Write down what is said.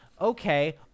okay